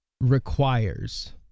requires